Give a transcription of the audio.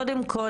קודם כל,